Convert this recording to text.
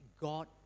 God